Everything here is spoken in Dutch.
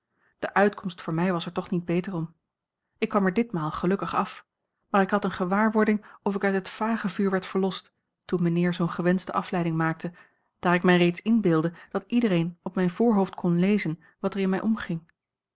de uitkomst voor mij was er toch niet beter om ik kwam er ditmaal gelukkig af maar ik had eene gewaarwording of ik uit het vagevuur werd verlost toen mijnheer zoo'n gewenschte afleiding maakte daar ik mij reeds inbeeldde dat iedereen op mijn voorhoofd kon lezen wat er in mij omging